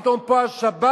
פתאום פה השב"כ